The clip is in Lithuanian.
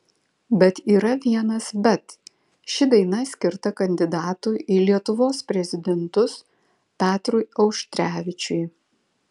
bet yra vienas bet ši daina skirta kandidatui į lietuvos prezidentus petrui auštrevičiui